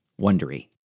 Wondery